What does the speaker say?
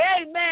amen